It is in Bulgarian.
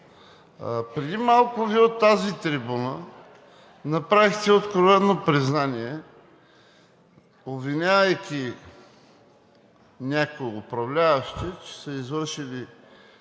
преди малко Вие от тази трибуна направихте откровено признание, обвинявайки някои управляващи, че са извършили